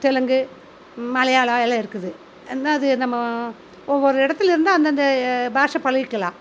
தெலுங்கு மலையாளம் எல்லாம் இருக்குது எந்த அது நம்ம ஒவ்வொரு இடத்துலருந்து அந்தந்த பாஷை பழகிக்கலாம்